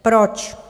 Proč?